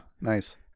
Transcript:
nice